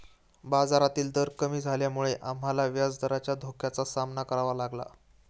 बाजारातील दर कमी झाल्यामुळे आम्हाला व्याजदराच्या धोक्याचा सामना करावा लागला